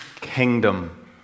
kingdom